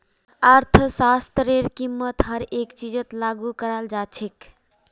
अर्थशास्त्रतेर कीमत हर एक चीजत लागू कराल जा छेक